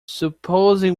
supposing